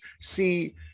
see